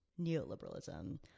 neoliberalism